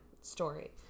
story